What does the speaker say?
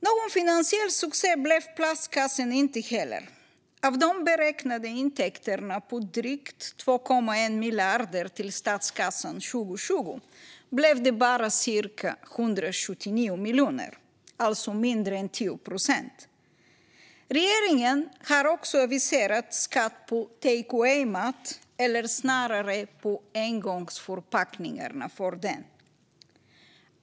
Någon finansiell succé blev plastkassen inte heller. Av de beräknade intäkterna på drygt 2,1 miljarder till statskassan 2020 blev det bara cirka 179 miljoner, alltså mindre än 10 procent. Regeringen har också aviserat skatt på takeaway-mat eller snarare på engångsförpackningarna för den.